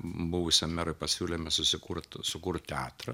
buvusiam merui pasiūlėme susikurt sukurt teatrą